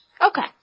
Okay